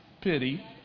pity